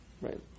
Right